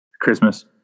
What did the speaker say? Christmas